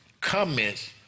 comments